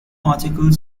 articles